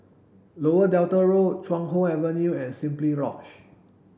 Lower Delta Road Chuan Hoe Avenue and Simply Lodge